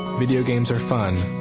video games are fun,